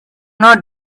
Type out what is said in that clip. not